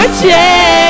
change